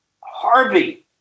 Harvey